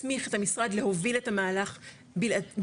הסמיך את המשרד להוביל את המהלך בלעדית,